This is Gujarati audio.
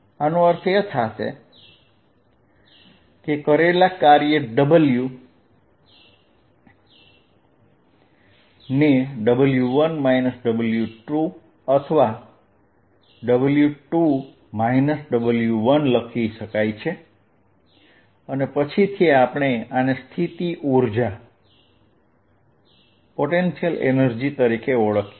તેનો અર્થ એ કે કરેલા કાર્ય W ને W1 W2 અથવા W2 W1 લખી શકાય છે અને પછીથી આપણે આને સ્થિતિ ઊર્જા તરીકે ઓળખીશું